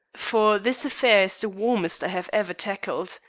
for this affair is the warmest i have ever tackled.